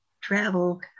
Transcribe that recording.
travel